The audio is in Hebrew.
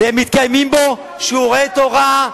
ומתקיימים בו שיעורי תורה.